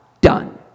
done